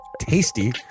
tasty